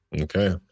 Okay